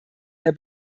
der